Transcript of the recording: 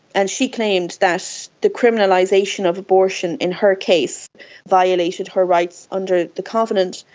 and she claimed that the criminalisation of abortion in her case violated her rights under the covenant,